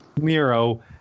Miro